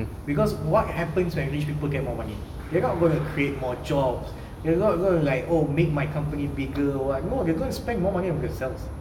because what happens when people get more money they're not going to create more jobs they are not going to like make my company bigger or what no they are gonna spend more money on themselves